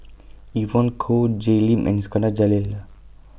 Evon Kow Jay Lim and Iskandar Jalil